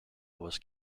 was